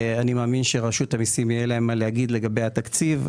אני מאמין שרשות המסים יהיה להם מה להגיד לגבי התקציב,